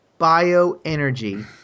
bioenergy